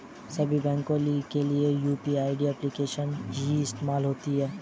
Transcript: सभी बैंकों के लिए क्या यू.पी.आई एप्लिकेशन ही इस्तेमाल होती है?